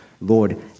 Lord